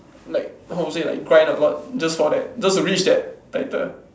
like how to say like grind a lot just for that just to reach that title